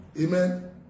Amen